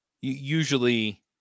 Usually